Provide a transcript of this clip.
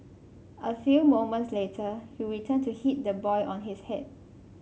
a few moments later he returned to hit the boy on his head